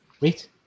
Wait